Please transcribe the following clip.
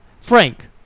Frank